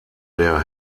der